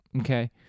Okay